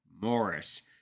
Morris